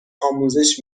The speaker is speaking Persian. آموزش